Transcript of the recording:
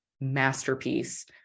Masterpiece